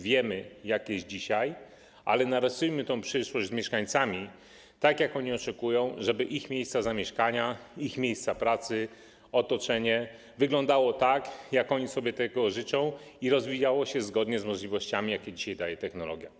Wiemy, jak jest dzisiaj, ale narysujmy tę przyszłość wspólnie z mieszkańcami tak, jak oni oczekują, żeby ich miejsca zamieszkania, ich miejsca pracy i otoczenie wyglądały tak, jak oni sobie tego życzą i rozwijały się zgodnie z możliwościami, jakie dzisiaj daje technologia.